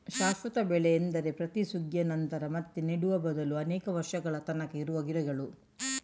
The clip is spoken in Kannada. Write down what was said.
ಶಾಶ್ವತ ಬೆಳೆ ಎಂದರೆ ಪ್ರತಿ ಸುಗ್ಗಿಯ ನಂತರ ಮತ್ತೆ ನೆಡುವ ಬದಲು ಅನೇಕ ವರ್ಷದ ತನಕ ಇರುವ ಗಿಡಗಳು